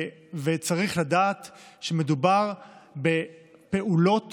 צריך לדעת שמדובר בפעולות